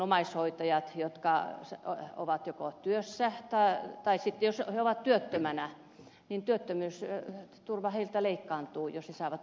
omaishoitajilta jotka ovat joko työssä tai työttömänä työttömyysturva leikkaantuu jos he saavat omaishoidon tuen